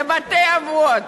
לבתי-אבות.